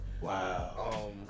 Wow